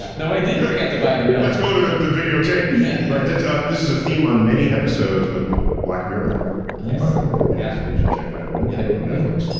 um no i didn't forget to buy the milk. let's go to the the videotape. yeah this ah this is a theme on many episodes of black mirror by the way. yeah you should check it out on netflix.